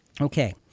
okay